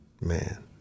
man